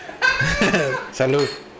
Salud